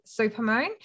supermoon